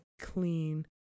clean